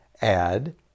add